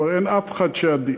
כבר אין אף אחד שאדיש.